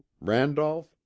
Randolph